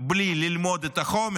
בלי ללמוד את החומר.